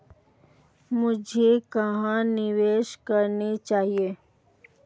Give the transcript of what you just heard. मुझे कहां निवेश करना चाहिए?